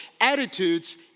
Attitudes